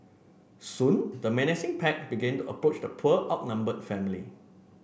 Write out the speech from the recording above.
soon the menacing pack began the approach the poor outnumbered family